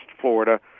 Florida